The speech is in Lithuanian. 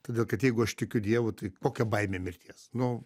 todėl kad jeigu aš tikiu dievu tai kokia baimė mirties nu